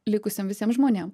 likusiem visiem žmonėm